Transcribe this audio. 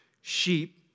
sheep